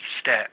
step